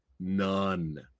none